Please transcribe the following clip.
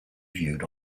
viewed